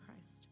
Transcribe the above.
Christ